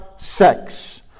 Sex